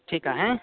ᱴᱷᱤᱠᱟ ᱦᱮᱸ